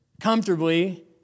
comfortably